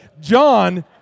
John